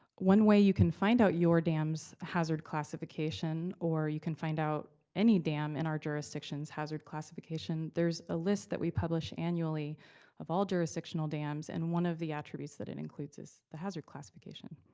one way you can find out your dam's hazard classification, or you can find out any dam in our jurisdiction's hazard classification, there's a list that we publish annually of all jurisdictional dams, and one of the attributes that it includes is the hazard classification.